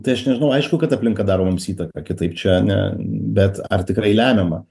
tai aš nežinau aišku kad aplinka daro mums įtaką kitaip čia ne bet ar tikrai lemiamą